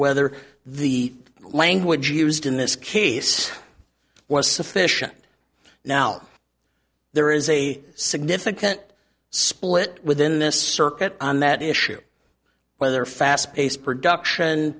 whether the language used in this case was sufficient now there is a significant split within this circuit on that issue whether fast paced production